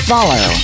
Follow